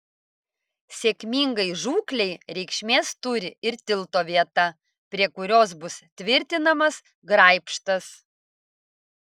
sėkmingai žūklei reikšmės turi ir tilto vieta prie kurios bus tvirtinamas graibštas